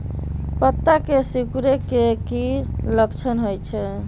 पत्ता के सिकुड़े के की लक्षण होइ छइ?